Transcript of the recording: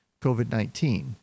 COVID-19